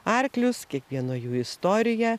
arklius kiekvieno jų istoriją